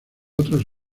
otros